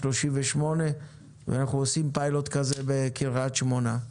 38. ואנחנו עושים פיילוט כזה בקרית שמונה.